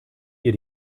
ihr